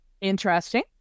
Interesting